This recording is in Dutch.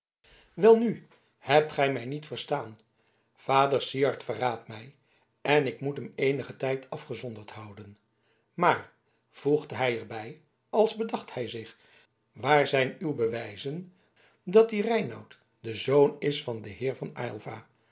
welnu hebt gij mij niet verstaan vader syard verraadt mij en ik moet hem eenigen tijd afgezonderd houden maar voegde hij er bij als bedacht hij zich waar zijn uw bewijzen dat die reinout de zoon is van den heer van aylva